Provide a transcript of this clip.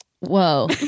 Whoa